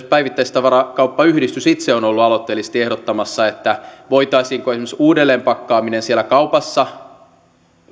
päivittäistavarakauppa yhdistys itse on ollut aloitteellisesti ehdottamassa voitaisiinko esimerkiksi uudelleenpakkaaminen siellä kaupassa